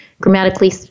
grammatically